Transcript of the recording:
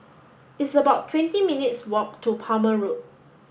it's about twenty minutes' walk to Palmer Road